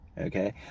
Okay